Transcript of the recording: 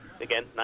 again